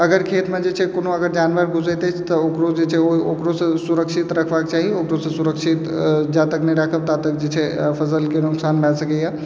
अगर खेतमे जे छै कोनो अगर जानवर घुसैत अछि तऽ ओकरो जे छै ओकरोसँ सुरक्षित रखबाक चाही ओकरोसँ सुरक्षित जातक नहि राखब तातक जे छै फसलके नोकसान भए सकैए